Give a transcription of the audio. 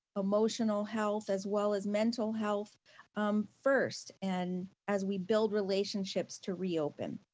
emotional health as well as mental health um first, and as we build relationships to reopen.